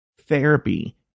Therapy